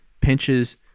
pinches